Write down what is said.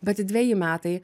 bet dveji metai